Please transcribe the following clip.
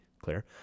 clear